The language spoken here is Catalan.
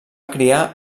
criar